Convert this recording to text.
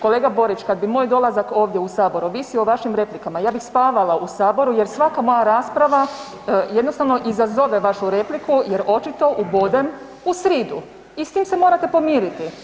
Kolega Borić, kad bi moj dolazak ovdje u sabor ovisio o vašim replikama ja bih spavala u saboru jer svaka moja rasprava jednostavno izazove vašu repliku jer očito ubodem u sridu i s tim se morate pomiriti.